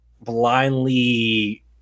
blindly